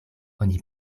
oni